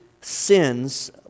sins